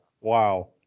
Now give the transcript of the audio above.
wow